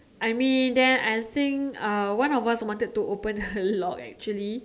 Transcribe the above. I mean then I think uh one of us wanted to open the lock actually